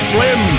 Slim